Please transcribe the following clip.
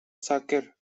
saker